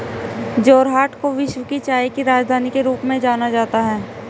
जोरहाट को विश्व की चाय की राजधानी के रूप में जाना जाता है